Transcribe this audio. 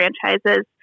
franchises